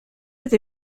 with